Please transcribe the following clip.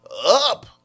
up